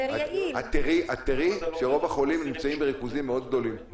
תראי שרוב החולים נמצאים בריכוזים מאוד גדולים,